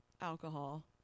alcohol